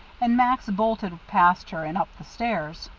and max bolted past her and up the stairs.